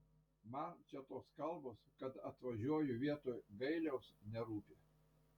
man čia tos kalbos kad atvažiuoju vietoj gailiaus nerūpi